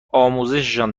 آموزششان